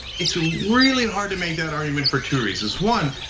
it will really hard to make that argument for two reasons. one,